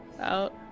out